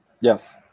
Yes